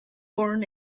born